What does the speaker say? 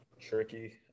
tricky